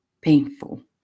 painful